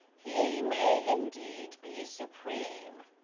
he may indeed be supreme.